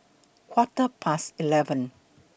Quarter Past eleven